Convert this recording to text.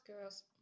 girls